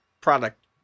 product